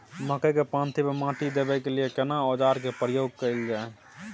मकई के पाँति पर माटी देबै के लिए केना औजार के प्रयोग कैल जाय?